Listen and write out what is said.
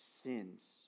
sins